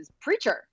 Preacher